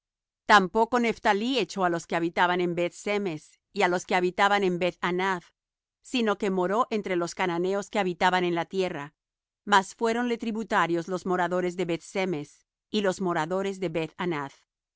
tampoco nephtalí echó á los que habitaban en beth-semes y á los que habitaban en beth anath sino que moró entre los cananeos que habitaban en la tierra mas fuéronle tributarios los moradores de beth-semes y los moradores de